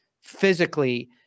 physically